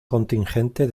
contingente